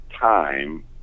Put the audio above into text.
time